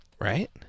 right